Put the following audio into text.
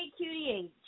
QDH